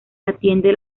atiende